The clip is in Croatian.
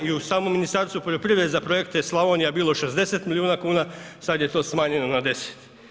I samom Ministarstvu poljoprivrede za projekte Slavonija je bilo 60 milijuna kuna, sada je to smanjeno na 10.